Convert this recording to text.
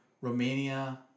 Romania